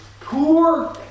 poor